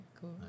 Cool